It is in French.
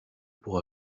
pour